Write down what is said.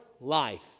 life